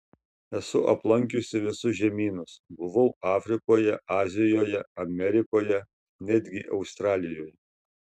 esu aplankiusi visus žemynus buvau afrikoje azijoje amerikoje netgi australijoje